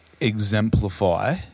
exemplify